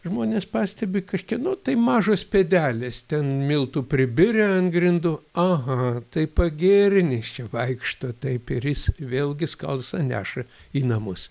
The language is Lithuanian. žmonės pastebi kažkieno tai mažos pėdelės ten miltų pribirę ant grindų aha tai pagirnis čia vaikšto taip ir jis vėlgi skalsą neša į namus